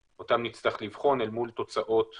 ולאחר מכן כשיצטבר עוד מידע יעברו גם רישום בשיטה